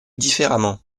différemment